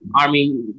Army